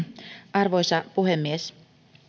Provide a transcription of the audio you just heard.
arvoisa puhemies